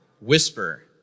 whisper